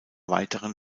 weiteren